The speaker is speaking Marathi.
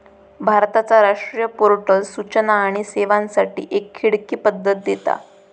भारताचा राष्ट्रीय पोर्टल सूचना आणि सेवांसाठी एक खिडकी पद्धत देता